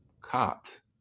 Cops